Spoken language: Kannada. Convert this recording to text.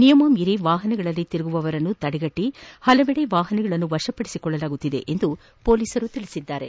ನಿಯಮ ಮೀರಿ ವಾಹನಗಳಲ್ಲಿ ತಿರುಗುವವರನ್ನು ತಡೆಗಟ್ಟ ಹಲವೆಡೆ ವಾಹನಗಳನ್ನು ವಶಪಡಿಸಿಕೊಳ್ಳಲಾಗುತ್ತಿದೆ ಎಂದು ಹೊಲೀಸರು ತಿಳಿಸಿದ್ದಾರೆ